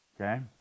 Okay